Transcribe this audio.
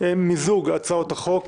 מיזוג הצעות החוק